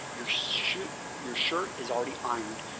your shirt your shirt is already ironed,